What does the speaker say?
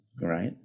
right